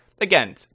again